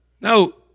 No